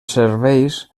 serveis